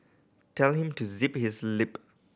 tell him to zip his lip